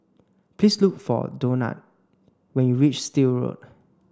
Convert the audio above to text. please look for Donat when you reach Still Road